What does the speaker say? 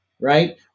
right